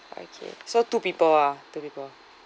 okay so two people ah two people